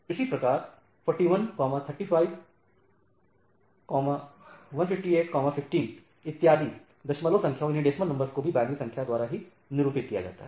इसी प्रकार 41 35 158 15 इत्यादि दशमलव संख्याओं को भी बाइनरी संख्या द्वारा ही निरूपित किया जाता है